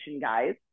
guys